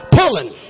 pulling